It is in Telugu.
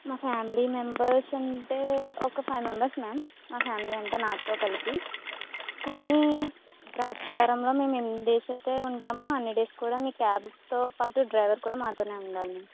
మా ఫ్యామిలీ మెంబర్స్ అంటే ఒక ఫైవ్ మెంబర్స్ మ్యామ్ మా ఫ్యామిలీ అంటే నాతో కలిపి కానీ ద్రాక్షారంలో మేము ఎన్ని డేస్ అయితే ఉంటామో అన్ని డేస్ కూడా మీ క్యాబ్తో పాటు డ్రైవర్ కూడా మాతో ఉండాలి